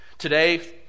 Today